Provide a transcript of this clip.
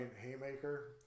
haymaker